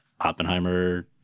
Oppenheimer